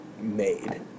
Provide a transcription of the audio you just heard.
made